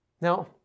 Now